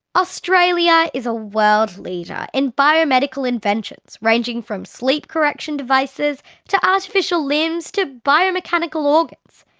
australia is a world leader in biomedical inventions ranging from sleep correction devices to artificial limbs to biomechanical organs.